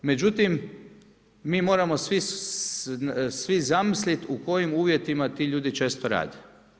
Međutim, mi moramo svi zamisliti u kojim uvjetima ti ljudi često rade.